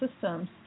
systems